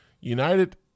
United